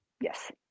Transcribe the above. Yes